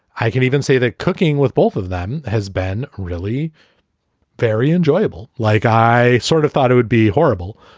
i can even say that cooking with both of them has been really very enjoyable. like i sort of thought it would be horrible,